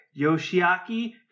Yoshiaki